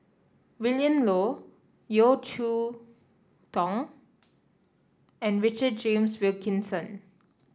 Willin Low Yeo Cheow Tong and Richard James Wilkinson